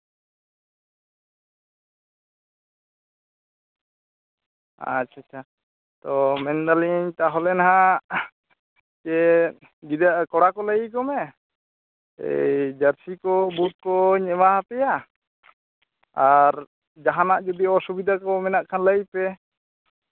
ᱟᱪᱪᱷᱟ ᱪᱷᱟ ᱛᱚ ᱢᱮᱱᱫᱟᱞᱤᱧ ᱛᱟᱦᱞᱮ ᱱᱟᱜ ᱡᱮ ᱜᱤᱫᱟᱹᱨ ᱠᱚ ᱠᱚᱲᱟ ᱠᱚ ᱞᱟᱹᱭᱟᱠᱚ ᱢᱮ ᱡᱮ ᱡᱟᱹᱨᱥᱤ ᱠᱚ ᱵᱩᱴ ᱠᱚᱧ ᱮᱢᱟᱣᱟᱯᱮᱭᱟ ᱟᱨ ᱡᱟᱦᱟᱱᱟᱜ ᱡᱩᱫᱤ ᱚᱥᱩᱵᱤᱫᱟ ᱠᱚ ᱢᱮᱱᱟᱜ ᱠᱷᱟᱱ ᱞᱟᱹᱭ ᱯᱮ